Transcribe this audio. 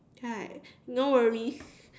right no worries